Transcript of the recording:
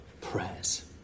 prayers